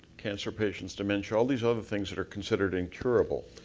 cancer patients, dementia, all these other things that are considered incurable.